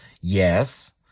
Yes